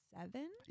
seven